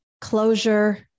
closure